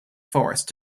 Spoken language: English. forest